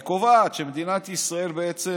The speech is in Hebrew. היא קובעת שמדינת ישראל בעצם